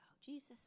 Jesus